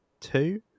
two